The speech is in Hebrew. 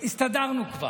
הסתדרנו כבר.